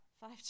five